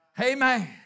Amen